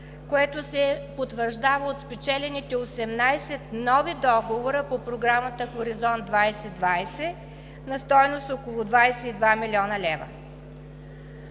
което се потвърждава от спечелените 18 нови договора по Програмата Хоризонт 2020 на стойност около 22 млн. лв.